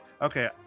okay